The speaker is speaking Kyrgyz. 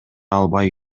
албай